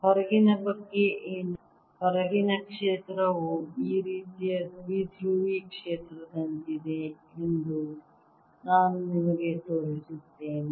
ಹೊರಗಿನ ಬಗ್ಗೆ ಏನು ಹೊರಗಿನ ಕ್ಷೇತ್ರವು ಈ ರೀತಿಯ ದ್ವಿಧ್ರುವಿ ಕ್ಷೇತ್ರದಂತಿದೆ ಎಂದು ನಾನು ನಿಮಗೆ ತೋರಿಸುತ್ತೇನೆ